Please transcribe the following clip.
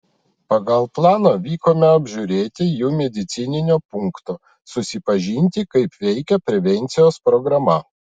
pagal planą vykome apžiūrėti jų medicininio punkto susipažinti kaip veikia prevencijos programa